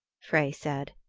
frey said.